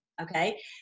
okay